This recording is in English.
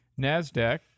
NASDAQ